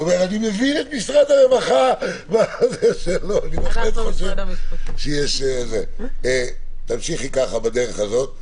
אני מבין את משרד הרווחה ובהחלט חושב שיש תמשיכי ככה בדרך הזאת.